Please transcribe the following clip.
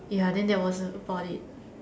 ya then that was about it